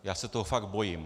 Já se toho fakt bojím.